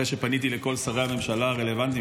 אחרי שפניתי לכל שרי הממשלה הרלוונטיים,